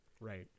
right